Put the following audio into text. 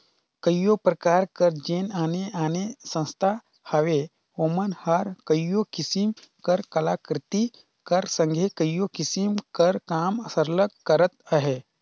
कइयो परकार कर जेन आने आने संस्था हवें ओमन हर कइयो किसिम कर कलाकृति कर संघे कइयो किसिम कर काम सरलग करत अहें